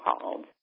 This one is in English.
called